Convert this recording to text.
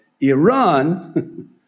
Iran